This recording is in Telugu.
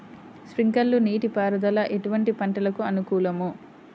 స్ప్రింక్లర్ నీటిపారుదల ఎటువంటి పంటలకు అనుకూలము?